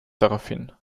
daraufhin